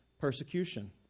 persecution